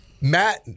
Matt